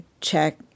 check